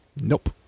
Nope